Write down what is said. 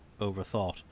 overthought